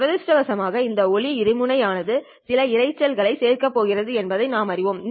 துரதிர்ஷ்டவசமாக இந்த ஒளி இருமுனை சில இரைச்சலை சேர்க்கப் போகிறது என்பதை நாம் அறிவோம்